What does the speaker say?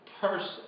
person